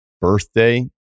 birthday